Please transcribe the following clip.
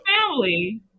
family